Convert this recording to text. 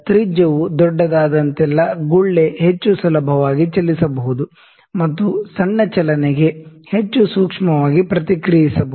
ಆದ್ದರಿಂದ ತ್ರಿಜ್ಯವು ದೊಡ್ಡದಾದಂತೆಲ್ಲ ಗುಳ್ಳೆ ಹೆಚ್ಚು ಸುಲಭವಾಗಿ ಚಲಿಸಬಹುದು ಮತ್ತು ಸಣ್ಣ ಚಲನೆಗೆ ಹೆಚ್ಚು ಸೂಕ್ಷ್ಮವಾಗಿ ಪ್ರತಿಕ್ರಿಯಿಸಬಹುದು